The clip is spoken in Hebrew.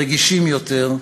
רגישים יותר,